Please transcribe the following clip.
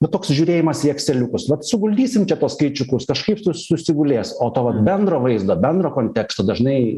va toks žiūrėjimas į ekseliukus vat suguldysim čia tuos skaičiukus kažkaip sus susigulės o to vat bendro vaizdo bendro konteksto dažnai